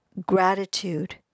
gratitude